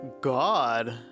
God